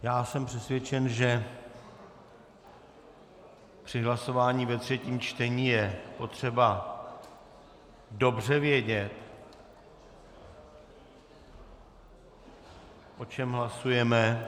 Já jsem přesvědčen, že při hlasování ve třetím čtení je potřeba dobře vědět, o čem hlasujeme.